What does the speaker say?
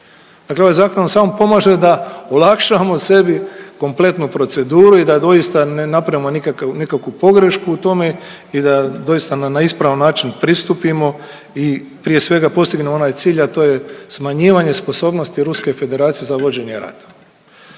Dakle, ovaj zakon nam samo pomaže da olakšamo sebi kompletnu proceduru i da doista ne napravimo nikakvu pogrešku u tome i da doista na ispravan način pristupimo i prije svega postignemo onaj cilj, a to je smanjivanje sposobnosti Ruske Federacije za vođenje rata.